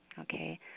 Okay